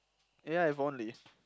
yeah if only